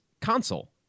console